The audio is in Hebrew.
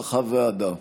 כנוסח הוועדה.